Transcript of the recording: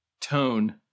tone